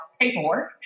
paperwork